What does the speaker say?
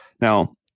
Now